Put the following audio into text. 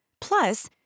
Plus